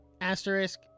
asterisk